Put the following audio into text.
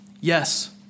Yes